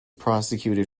prosecuted